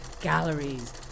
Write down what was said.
Galleries